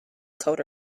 code